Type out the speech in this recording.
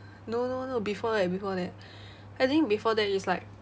no no no before that before that I think before that it's like